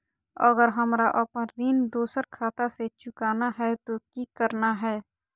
अगर हमरा अपन ऋण दोसर खाता से चुकाना है तो कि करना है?